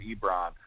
Ebron